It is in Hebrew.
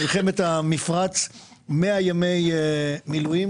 אז במלחמת המפרץ עשיתי 100 ימי מילואים.